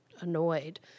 annoyed